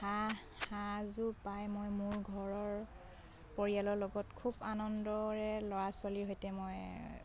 হাঁহ হাঁহযোৰ পাই মই মোৰ ঘৰৰ পৰিয়ালৰ লগত খুব আনন্দৰে ল'ৰা ছোৱালীৰ সৈতে মই